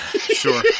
Sure